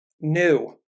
new